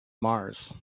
mars